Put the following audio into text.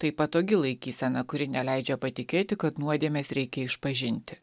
tai patogi laikysena kuri neleidžia patikėti kad nuodėmes reikia išpažinti